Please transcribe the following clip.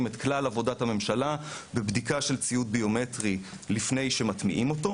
את כלל עבודת הממשלה בבדיקה של ציוד ביומטרי לפני הטמעתו.